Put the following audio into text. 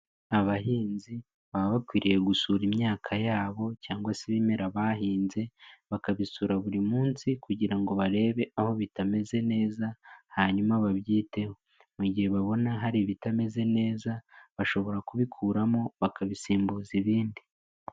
AAbahinzi baba bakwiriye gusura imyaka yabo cyangwa se ibimera bahinze bakabisura buri munsi kugira ngo barebe aho bitameze neza hanyuma babyiteho, mu gihe babona hari ibitameze neza bashobora kubikuramo bakabisimbuza ibindi.